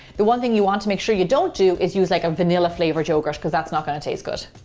the one thing you want to make sure you don't do is use like a vanilla flavored yogurt because that's not gonna taste good.